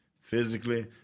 physically